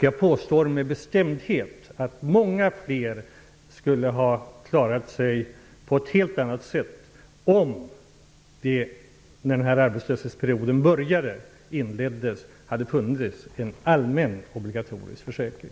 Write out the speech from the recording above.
Jag påstår med bestämdhet att många fler skulle ha klarat sig på ett helt annat sätt om det, när arbetslöshetsperioden började, hade funnits en allmän obligatorisk försäkring.